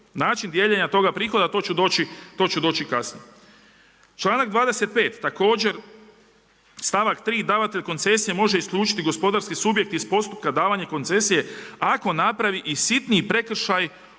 Način dijeljenja toga prihoda, a to ću doći kasnije. Članak 25. također, stavak 3., davatelj koncesija može isključiti gospodarski subjekt iz postupka davanja koncesije ako napravi i sitni prekršaj